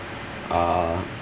uh